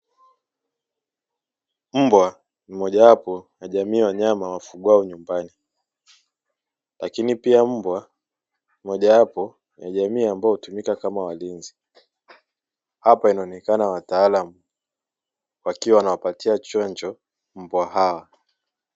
Mbwa ni mojawapo na jamii ya wanyama wafunguao nyumbani lakini pia mbwa mojawapo ya jamii ambayo hutumika kama walinzi, hapa inaonekana wataalamu wakiwa nawapatia chanjo mbwa hawa.